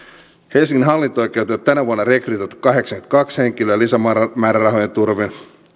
helsingin hallinto oikeuteen on tänä vuonna rekrytoitu kahdeksankymmentäkaksi henkilöä lisämäärärahojen turvin